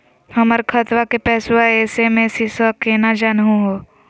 हमर खतवा के पैसवा एस.एम.एस स केना जानहु हो?